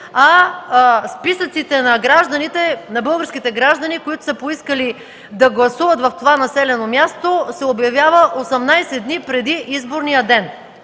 а списъците на българските граждани, които са поискали да гласуват в това населено място, се обявяват 18 дни преди изборния ден.